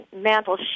Mantle